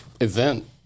event